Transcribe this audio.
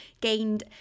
gained